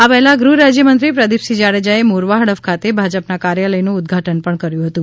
આ પહેલાં ગુહરાજ્યમંત્રી પ્રદીપસિંહ જાડેજાએ મોરવા હડફ ખાતે ભાજપના કાર્યાલયનુ ઉદ્ઘાટન પણ કર્યુ હતું